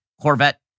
Corvette